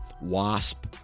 wasp